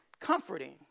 comforting